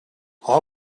all